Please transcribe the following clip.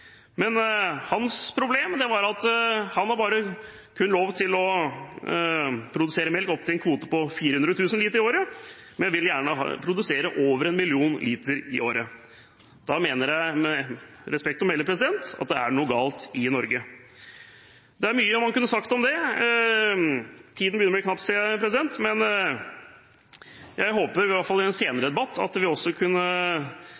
men han vil gjerne produsere over 1 million liter i året. Da mener jeg, med respekt å melde, at det er noe galt i Norge. Det er mye man kunne sagt om det, men tiden begynner å bli knapp, ser jeg. Jeg håper at vi i hvert fall i en senere debatt også kan fokusere på hestenæringen – ikke fordi jeg mener man skal begynne å spise mer hest, tvert imot: Det synes jeg man helst skal slutte med. Men jeg